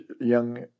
young